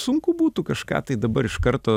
sunku būtų kažką tai dabar iš karto